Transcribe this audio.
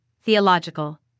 theological